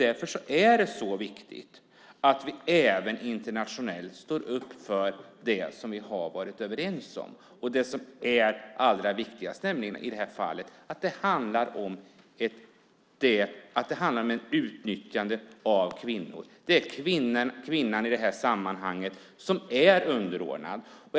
Därför är det viktigt att vi även internationellt står upp för det som vi varit överens om och det som i det här fallet är allra viktigast, nämligen att det handlar om utnyttjandet av kvinnor. Det är kvinnan som i detta sammanhang är underordnad.